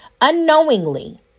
unknowingly